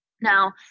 Now